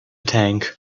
tank